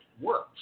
works